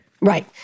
Right